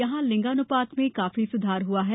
यहां लिंगानुपात में काफी सुधार हुआ है